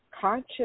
conscious